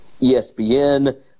ESPN